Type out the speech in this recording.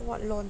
what law